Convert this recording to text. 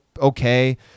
okay